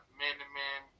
man-to-man